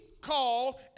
called